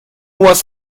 was